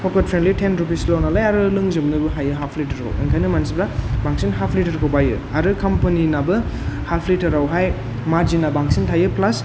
packet friendly ten रुपिसल' नालाय आरो लोंजोबनोबो हायो हाफ लिटार खौ ओंखायनो मानसिफोरा बांसिन हाफ लिटार खौ बायो आरो कम्पानिनाबो हाफ लिटारा वहाय मार्जिना बांसिन थायो प्लास